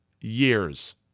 years